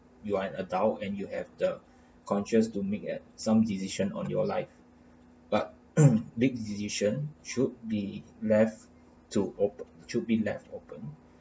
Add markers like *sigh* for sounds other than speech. you are an adult and you have the conscious to make at some decision on your life but *coughs* big decision should be left to op~ to be left open